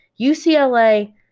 UCLA